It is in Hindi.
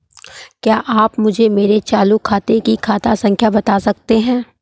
क्या आप मुझे मेरे चालू खाते की खाता संख्या बता सकते हैं?